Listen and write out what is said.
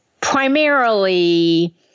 primarily